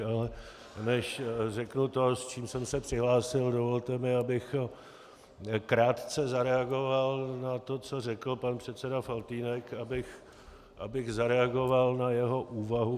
Ale než řeknu to, s čím jsem se přihlásil, dovolte mi, abych krátce zareagoval na to, co řekl pan předseda Faltýnek, abych zareagoval na jeho úvahu...